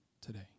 today